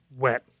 wet